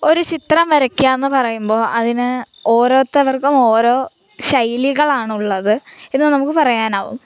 ഒരു ചിത്രം വരയ്ക്കുകാന്ന് പറയുമ്പോൾ അതിന് ഓരോത്തവർക്കും ഓരോ ശൈലികളാണുള്ളത് എന്ന് നമുക്ക് പറയാനാവും